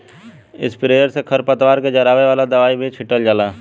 sprayer से खर पतवार के जरावे वाला दवाई भी छीटल जाला